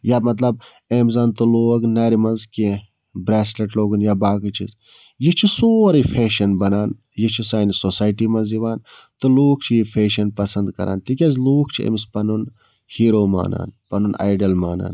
یا مطلَب أمۍ زَن تہٕ لوگ نَرِ منٛز کیٚنٛہہ برٛیسلیٹ لوگُن یا باقٕے چیٖز یہِ چھُ سورُے فیشَن بَنان یہِ چھُ سانہِ سوسایٹی منٛز یِوان تہٕ لوٗکھ چھِ یہِ فیشَن پَسنٛد کَران تِکیٛازِ لوٗکھ چھِ أمِس پَنُن ہیٖرَوٗ مانان پَنُن آیڈَل مانان